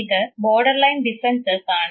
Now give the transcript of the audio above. ഇത് borderline defenses ആണ്